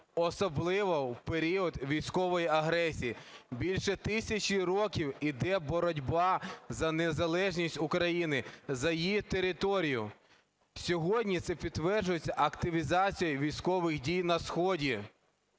особливо в період військової агресії. Більше тисячі років іде боротьба за незалежність України, за її територію. Сьогодні це підтверджується активізацією військових дій на сході,